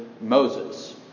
Moses